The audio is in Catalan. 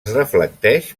reflecteix